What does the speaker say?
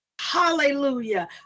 Hallelujah